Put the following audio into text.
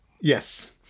yes